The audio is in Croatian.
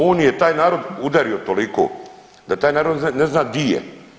On je taj narod udario toliko da taj narod ne zna di je.